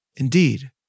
Indeed